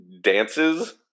dances